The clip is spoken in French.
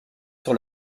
sur